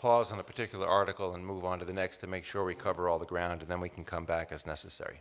pause on a particular article and move on to the next to make sure we cover all the ground and then we can come back as necessary